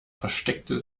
versteckte